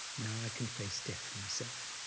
now i can face death myself.